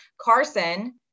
Carson